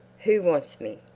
who wants me?